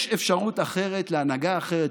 יש אפשרות אחרת להנהגה אחרת,